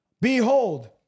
Behold